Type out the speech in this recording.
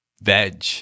Veg